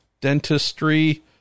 dentistry